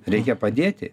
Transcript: reikia padėti